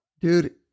dude